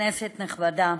כנסת נכבדה,